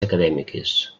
acadèmiques